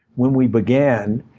when we began,